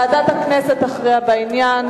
ועדת הכנסת תכריע בעניין.